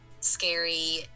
scary